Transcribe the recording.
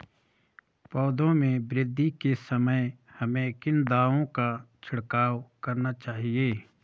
पौधों में वृद्धि के समय हमें किन दावों का छिड़काव करना चाहिए?